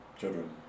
Children